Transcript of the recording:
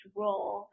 role